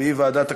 היא ועדת הכספים,